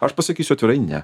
aš pasakysiu atvirai ne